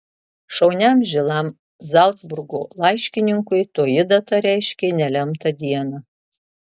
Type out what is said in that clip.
šauniam žilam zalcburgo laiškininkui toji data reiškė nelemtą dieną